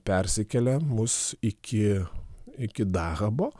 persikelia mus iki iki dahabo